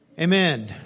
Amen